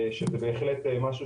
שזה בהחלט משהו